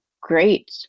great